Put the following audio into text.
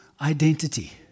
identity